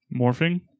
Morphing